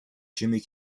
jimmy